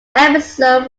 episode